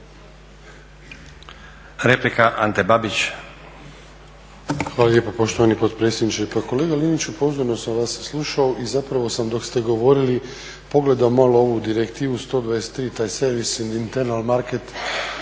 **Babić, Ante (HDZ)** Hvala lijepa poštovani potpredsjedniče. Pa kolega Liniću, pozorno sam vas slušao i zapravo sam dok ste govorili pogledao malo ovu Direktivu 123, taj service and internal market